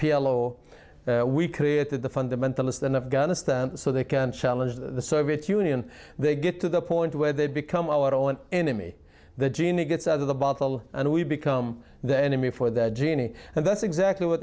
o we created the fundamentalists in afghanistan so they can challenge the soviet union they get to the point where they become our own enemy the genie gets out of the bottle and we become the enemy for the genie and that's exactly what